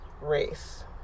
race